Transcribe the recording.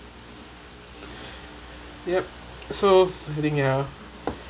yup so anything else